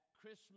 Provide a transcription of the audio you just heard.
Christmas